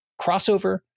Crossover